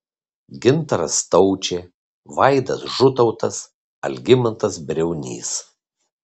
gintaras staučė vaidas žutautas algimantas briaunys